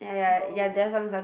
goals